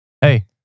Hey